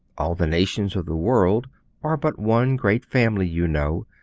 all the nations of the world are but one great family, you know,